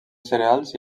cereals